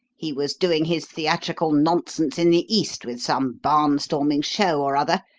he was doing his theatrical nonsense in the east with some barn-storming show or other,